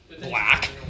Black